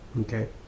okay